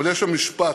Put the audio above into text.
אבל יש שם משפט